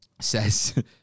says